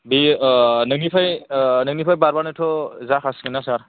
बेयो नोंनिफ्राय नोंनिफ्राय बारबानोथ' जाखासिगोन ना सार